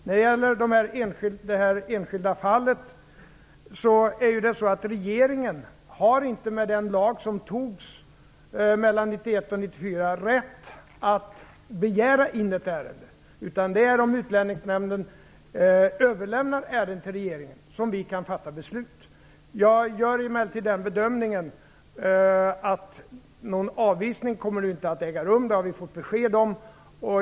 När det gäller detta enskilda fall vill jag säga att regeringen, i och med den lag som antogs mellan 1991 och 1994, inte har rätt att begära in ett ärende. Det är om Utlänningsnämnden överlämnar ärenden till regeringen som vi kan fatta beslut. Jag gör emellertid den bedömningen att det nu inte kommer att äga rum någon avvisning. Det har vi fått besked om.